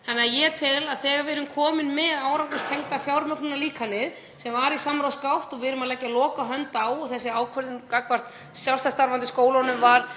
námið. Ég tel að þegar við erum komin með árangurstengda fjármögnunarlíkanið sem var í samráðsgátt og við erum að leggja lokahönd á — þessi ákvörðun gagnvart sjálfstætt starfandi skólunum var